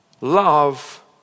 Love